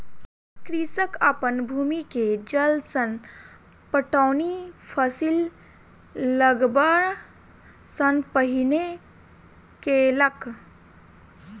कृषक अपन भूमि के जल सॅ पटौनी फसिल लगबअ सॅ पहिने केलक